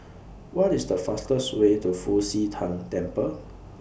What IS The fastest Way to Fu Xi Tang Temple